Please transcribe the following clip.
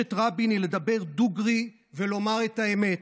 מורשת רבין היא לדבר דוגרי ולומר את האמת.